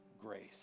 grace